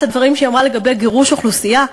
הדברים שהיא אמרה לגבי גירוש אוכלוסייה?